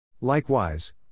Likewise